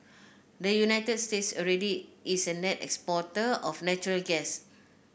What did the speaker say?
the United States already is a net exporter of natural gas